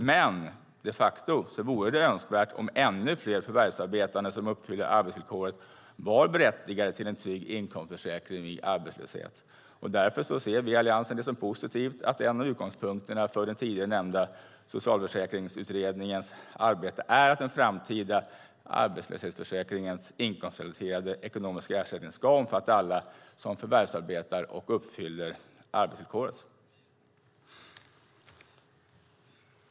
Men de facto vore det önskvärt om ännu fler förvärvsarbetande som uppfyller arbetsvillkoret var berättigade till en trygg inkomstförsäkring i arbetslöshet. Därför ser vi i Alliansen det som positivt att en av utgångspunkterna för den tidigare nämnda Socialförsäkringsutredningens arbete är att den framtida arbetslöshetsförsäkringens inkomstrelaterade ekonomiska ersättning ska omfatta alla som förvärvsarbetar och uppfyller arbetsvillkoret.